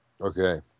Okay